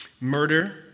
Murder